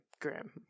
grim